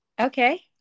Okay